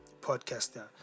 podcaster